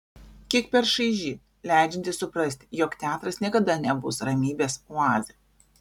kiek per šaiži leidžianti suprasti jog teatras niekada nebus ramybės oazė